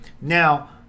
Now